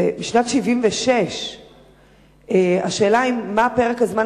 זה משנת 1976. השאלה היא מה פרק הזמן